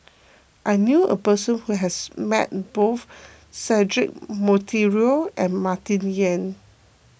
I knew a person who has met both Cedric Monteiro and Martin Yan